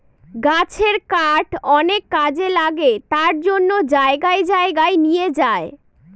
গাছের কাঠ অনেক কাজে লাগে তার জন্য জায়গায় জায়গায় নিয়ে যায়